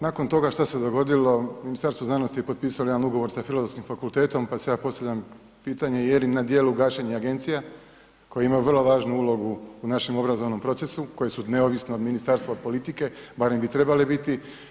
Nakon toga šta se dogodilo, Ministarstvo znanosti je potpisalo jedan ugovor sa Filozofskim fakultetom pa si ja postavljam pitanje je li na djelu gašenje agencija koje ima vrlo važnu ulogu u našem obrazovnom procesu koje su neovisno od Ministarstva i politike, barem bi trebale biti.